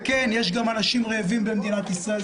כן, יש גם אנשים רעבים במדינת ישראל.